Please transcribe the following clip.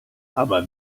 aber